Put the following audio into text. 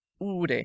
ure